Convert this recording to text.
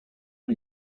did